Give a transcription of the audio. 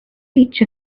reach